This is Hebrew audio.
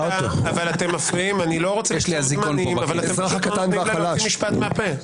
אבל אתם מפריעים, לא נותנים לה להוציא משפט מהפה.